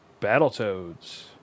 Battletoads